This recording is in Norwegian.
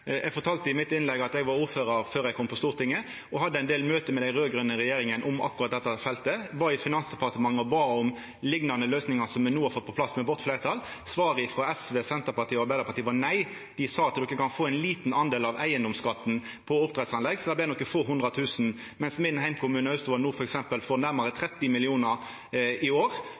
Eg fortalde i innlegget mitt at eg var ordførar før eg kom på Stortinget, og eg hadde ein del møte med den raud-grøne regjeringa om akkurat dette feltet. Eg var i Finansdepartementet og bad om liknande løysingar som det me no har fått på plass med fleirtalet vårt. Svaret frå SV, Senterpartiet og Arbeidarpartiet var nei. Dei sa: De kan få ein liten del gjennom eigedomsskatten på oppdrettsanlegg. Så det vart nokre få hundretusen, mens f.eks. min heimkommune, Austevoll, no i år får nærmare 30